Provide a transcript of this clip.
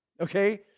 Okay